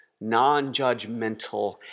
non-judgmental